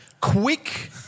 Quick